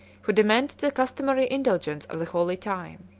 who demanded the customary indulgence of the holy time.